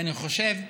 ואני חושב,